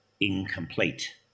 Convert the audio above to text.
incomplete